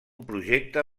projecte